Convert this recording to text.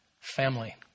family